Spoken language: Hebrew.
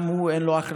גם הוא, אין לו הכנסות,